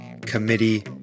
committee